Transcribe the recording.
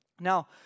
Now